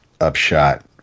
upshot